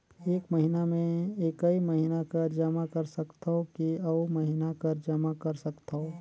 एक महीना मे एकई महीना कर जमा कर सकथव कि अउ महीना कर जमा कर सकथव?